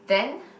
then